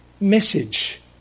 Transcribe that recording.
message